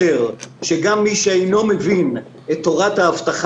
אני אומר, סדרנים אין חברה.